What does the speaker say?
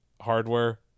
hardware